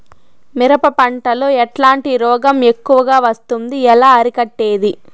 మిరప పంట లో ఎట్లాంటి రోగం ఎక్కువగా వస్తుంది? ఎలా అరికట్టేది?